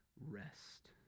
rest